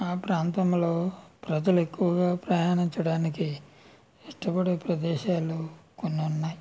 ఆ ప్రాంతంలో ప్రజలు ఎక్కువగా ప్రయాణించడానికి ఇష్టపడే ప్రదేశాలు కొన్ని ఉన్నాయి